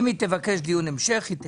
אם היא תבקש דיון המשך היא תקבל.